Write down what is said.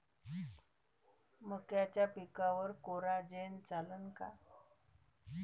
मक्याच्या पिकावर कोराजेन चालन का?